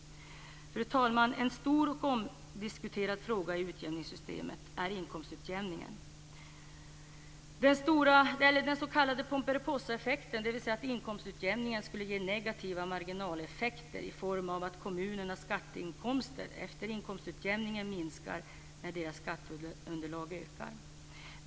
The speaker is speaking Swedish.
Fru talman! En stor och omdiskuterad fråga i utjämningssystemet är inkomstutjämningen. Med den s.k. Pomperipossaeffekten menas att inkomstutjämningen skulle ge negativa marginaleffekter i form av att kommunernas skatteinkomster efter inkomstutjämning minskar när deras skatteunderlag ökar.